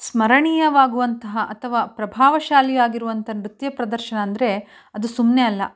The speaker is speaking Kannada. ಸ್ಮರಣೀಯವಾಗುವಂತಹ ಅಥವಾ ಪ್ರಭಾವಶಾಲಿಯಾಗಿರುವಂತ ನೃತ್ಯ ಪ್ರದರ್ಶನ ಅಂದರೆ ಅದು ಸುಮ್ಮನೆ ಅಲ್ಲ